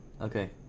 Okay